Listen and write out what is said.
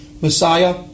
Messiah